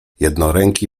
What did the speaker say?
jednoręki